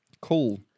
Cool